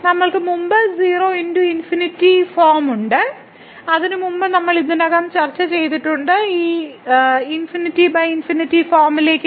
നമ്മൾക്ക് മുമ്പ് 0 ×∞ ഫോം ഉണ്ട് അതിനുമുമ്പ് നമ്മൾ ഇതിനകം ചർച്ചചെയ്തിട്ടുണ്ട് നമ്മൾ ഈ ∞∞ ഫോമിലേക്ക് കൊണ്ടുവരും